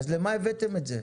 אז למה הבאתם את זה?